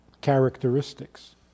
characteristics